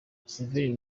museveni